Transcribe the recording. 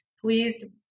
Please